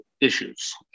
issues